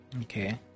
Okay